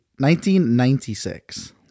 1996